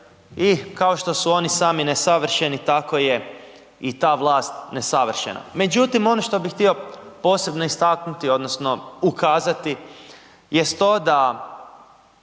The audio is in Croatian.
I kao što su oni sami nesavršeni tako je i ta vlast nesavršena. Međutim ono što bih htio posebno istaknuti, odnosno ukazati jest to da